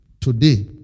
Today